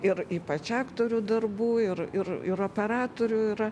ir ypač aktorių darbų ir ir ir operatorių yra